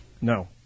No